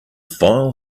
file